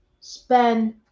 spend